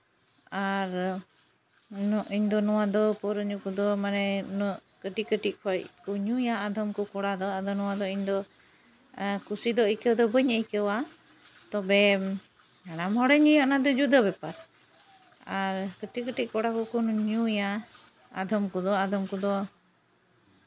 ᱟᱨ ᱩᱱᱟᱹᱜ ᱤᱧᱫᱚ ᱱᱚᱣᱟ ᱫᱚ ᱯᱟᱹᱣᱨᱟᱹ ᱧᱩ ᱠᱚᱫᱚ ᱢᱟᱱᱮ ᱩᱱᱟᱹᱜ ᱠᱟᱹᱴᱤᱡ ᱠᱟᱹᱴᱤᱡ ᱠᱷᱚᱡ ᱠᱚ ᱧᱩᱭᱟ ᱟᱫᱚᱢ ᱠᱚ ᱠᱚᱲᱟ ᱫᱚ ᱟᱫᱚ ᱱᱚᱣᱟ ᱫᱚ ᱤᱧᱫᱚ ᱠᱩᱥᱤ ᱫᱚ ᱟᱹᱭᱠᱟᱹᱣ ᱫᱚ ᱵᱟᱹᱧ ᱟᱹᱭᱠᱟᱹᱣᱟ ᱛᱚᱵᱮ ᱦᱟᱲᱟᱢ ᱦᱚᱲᱮ ᱧᱩᱭᱟ ᱚᱱᱟᱫᱚ ᱡᱩᱫᱟᱹ ᱵᱮᱯᱟᱨ ᱟᱨ ᱠᱟᱹᱴᱤᱡ ᱠᱟᱹᱴᱤᱡ ᱠᱚᱲᱟ ᱠᱚᱠᱚ ᱧᱩᱭᱟ ᱟᱫᱚᱢ ᱠᱚᱫᱚ ᱟᱫᱚᱢ ᱠᱚᱫᱚ